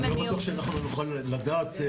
אני לא בטוח שאנחנו נוכל לדעת.